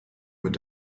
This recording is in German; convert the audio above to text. mit